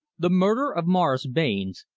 the murder of morris barnes,